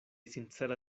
sincera